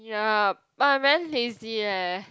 ya but I'm very lazy eh